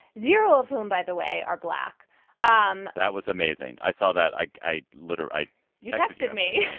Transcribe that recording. zero of whom, by the way, are black um that was amazing. i saw that. i i literally i yeah said me.